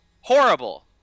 Horrible